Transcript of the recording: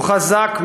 הוא חזק,